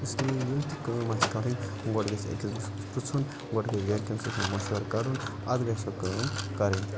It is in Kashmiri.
اِسلیے ییٚلہِ تہِ کٲم آسہِ کَرٕنۍ گۄڈٕ گژھِ أکِس پِرٛژھُن گۄڈٕ گژھِ گَرِکٮ۪ن سۭتۍ مَشوَرٕ کَرُن اَدٕ گژھِ سۄ کٲم کَرٕنۍ